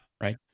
Right